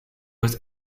was